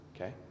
Okay